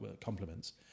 compliments